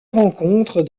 rencontre